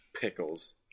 Pickles